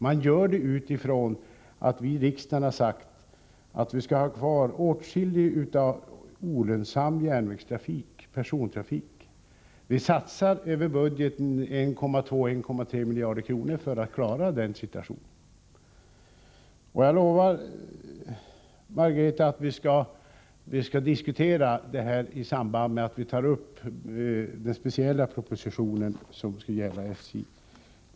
Man gör det utifrån att vi i riksdagen har sagt att åtskilligt av olönsam persontrafik på järnväg skall vara kvar. Vi satsar över budgeten 1,2-1,3 miljarder kronor för att klara den situationen. Jag lovar Margareta Winberg att vi skall diskutera detta i samband med att vi tar upp den speciella proposition som avser SJ.